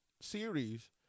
series